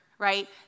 Right